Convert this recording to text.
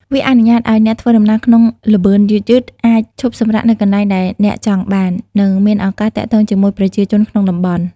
វាអនុញ្ញាតឱ្យអ្នកធ្វើដំណើរក្នុងល្បឿនយឺតៗ អាចឈប់សម្រាកនៅកន្លែងដែលអ្នកចង់បាន និងមានឱកាសទាក់ទងជាមួយប្រជាជនក្នុងតំបន់។